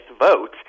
vote